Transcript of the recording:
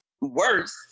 worse